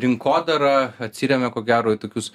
rinkodara atsiremia ko gero į tokius